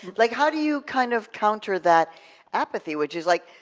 like how do you kind of counter that apathy, which is like,